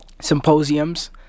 symposiums